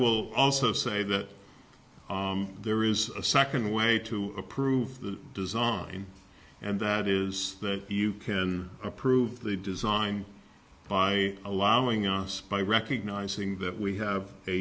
will also say that there is a second way to approve the design and that is that you can approve the design by allowing us by recognizing that we have a